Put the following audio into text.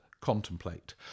Contemplate